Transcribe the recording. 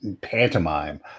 pantomime